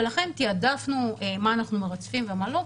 ולכן תיעדפנו מה אנחנו מרצפים ומה לא,